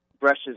Brushes